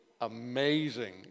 amazing